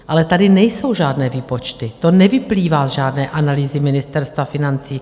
Ale tady nejsou žádné výpočty, to nevyplývá z žádné analýzy Ministerstva financí.